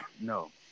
No